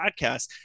podcast